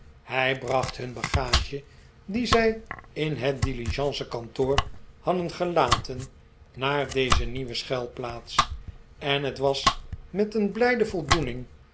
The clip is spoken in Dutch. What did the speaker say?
hij bracht hun bagage die zij in het diligencekantoor hadden gelaten naar deze nieuwe schuilplaats en het was met een blijde voldoening